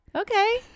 Okay